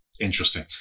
interesting